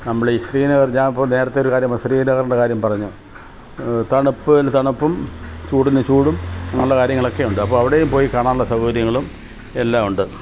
നമ്മൾ ഈ ശ്രീനഗർ ഞാൻ ഇപ്പോൾ നേരത്തെ ഒരു കാര്യം പറഞ്ഞു ശ്രീനഗറിൻ്റെ കാര്യം പറഞ്ഞു തണുപ്പിന് തണുപ്പും ചൂടിന് ചൂടും ഉള്ള കാര്യങ്ങളൊക്കെ ഉണ്ട് അപ്പം അവിടെ പോയി കാണാനുള്ള സൗകര്യങ്ങളും എല്ലാമുണ്ട്